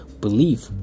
believe